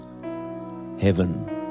Heaven